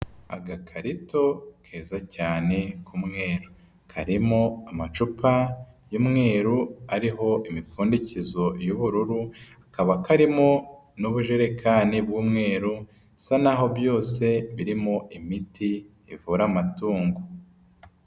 Agakarito keza cyane k'umweru, karimo amacupa y'umweru ariho imipfundikizo y'ubururu, kakaba karimo n'ubujerekani bw'umweru bisa naho byose birimo imiti ivura amatungo.